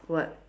what